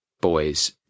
boys